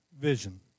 vision